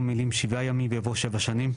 במקום המילים 'שבעה ימים' יבוא 'שבע שנים'.